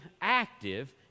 active